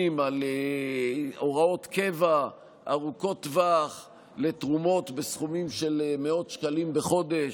על הוראות קבע ארוכות טווח לתרומות בסכומים של מאות שקלים בחודש,